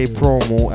promo